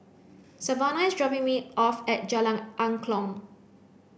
Savana is dropping me off at Jalan Angklong